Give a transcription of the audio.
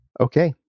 Okay